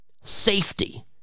safety